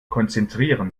konzentrieren